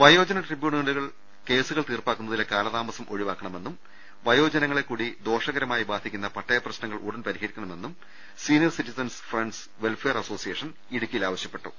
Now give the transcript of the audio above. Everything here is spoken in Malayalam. വയോജന ട്രിബ്യൂണൽ കേസുകൾ തീർപ്പാക്കുന്നതിലെ കാല താമസം ഒഴിവാക്കണമെന്നും വയോജനങ്ങളെകൂടി ദോഷകരമായി ബാധി ക്കുന്ന പട്ടയപ്രശ്നങ്ങൾ ഉടൻ പരിഹരിക്കണമെന്നും senior citizens friends welfare association ഇടുക്കിയിൽ ആവ ശ്യപ്പെട്ടു